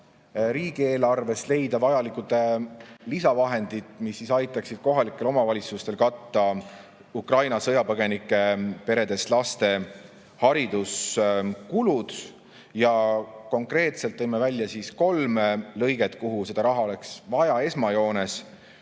riigieelarvest vajalikud lisavahendid, mis aitaksid kohalikel omavalitsustel katta Ukraina sõjapõgenike peredest [pärit] laste hariduskulud. Konkreetselt tõime välja kolm lõiget, kuhu seda raha oleks esmajoones